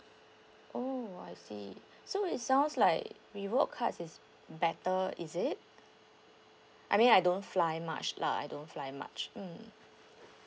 oh I see so it sounds like reward cards is better is it I mean I don't fly much lah I don't fly much mm